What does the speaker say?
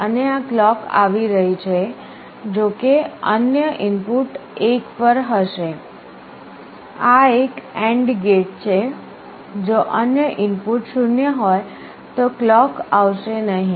અને આ ક્લોક આવી રહી છે જો કે અન્ય ઇનપુટ 1 પર હશે આ એક AND ગેટ છે જો અન્ય ઇનપુટ 0 હોય તો ક્લોક આવશે નહીં